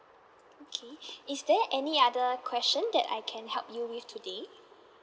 okay is there any other question that I can help you with today